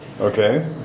Okay